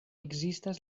ekzistas